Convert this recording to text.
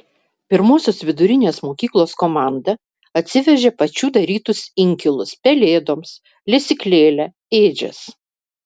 pirmosios vidurinės mokyklos komanda atsivežė pačių darytus inkilus pelėdoms lesyklėlę ėdžias